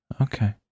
Okay